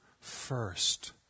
first